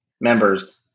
members